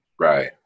Right